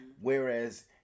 Whereas